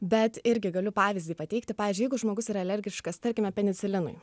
bet irgi galiu pavyzdį pateikti pavyzdžiui jeigu žmogus yra alergiškas tarkime penicilinui